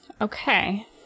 Okay